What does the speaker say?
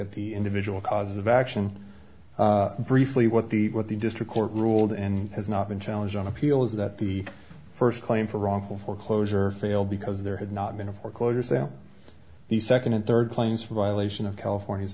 at the individual causes of action briefly what the what the district court ruled in has not been challenged on appeal is that the first claim for wrongful foreclosure fail because there had not been a foreclosure sale the second and third claims for violation of california's